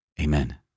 Amen